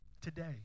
Today